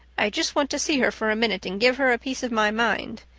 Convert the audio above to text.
i just want to see her for a minute and give her a piece of my mind.